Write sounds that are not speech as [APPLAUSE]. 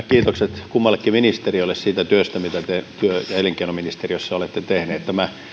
[UNINTELLIGIBLE] kiitokset kummallekin ministerille siitä työstä mitä te työ ja elinkeinoministeriössä olette tehneet tämä